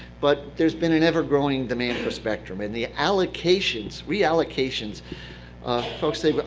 but there's been an ever-growing demand for spectrum, and the allocations, reallocations folks say, but